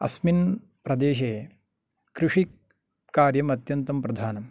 अस्मिन् प्रदेशे कृषिकार्यम् अत्यन्तं प्रधानम्